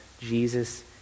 Jesus